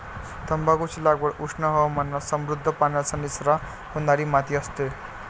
तंबाखूची लागवड उष्ण हवामानात समृद्ध, पाण्याचा निचरा होणारी माती असते